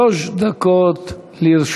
שלוש דקות לרשותך.